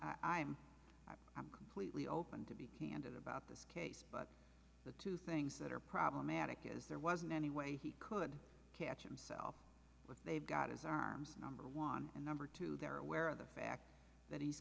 i'm i'm completely open to be candid about this case but the two things that are problematic is there wasn't any way he could catch him self but they've got his arms number one and number two they're aware of the fact that he's